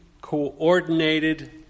coordinated